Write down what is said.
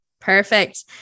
Perfect